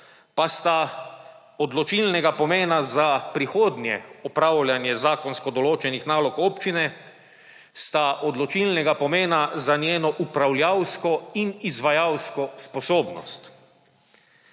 pa sta odločilnega pomena za prihodnje opravljanje zakonsko določenih nalog občine, sta odločilnega pomena za njeno upravljavsko in izvajalsko sposobnost.